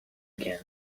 again